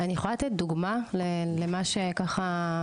אני יכולה לתת דוגמא למה שככה,